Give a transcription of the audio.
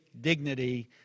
dignity